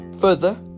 further